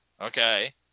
okay